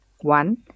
One